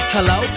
Hello